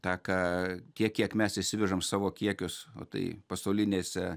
tą ką tiek kiek mes įsivežam savo kiekius o tai pasaulinėse